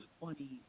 funny